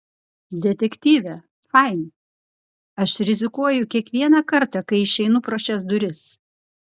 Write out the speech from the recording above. detektyve fain aš rizikuoju kiekvieną kartą kai išeinu pro šias duris